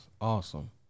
awesome